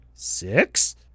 Six